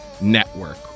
Network